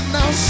now